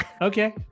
Okay